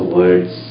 words